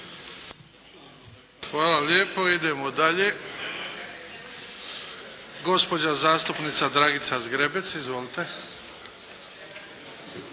Hvala lijepa. Idemo dalje. Gospođa zastupnica Dragica Zgrebec. Izvolite.